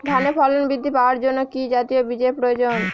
ধানে ফলন বৃদ্ধি পাওয়ার জন্য কি জাতীয় বীজের প্রয়োজন?